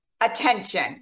attention